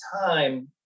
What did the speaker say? time